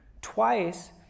twice